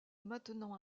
maintenant